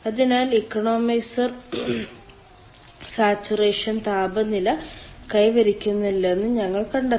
അതിനാൽ economiser saturation താപനില കൈവരിക്കുന്നില്ലെന്ന് ഞങ്ങൾ കണ്ടെത്തി